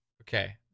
okay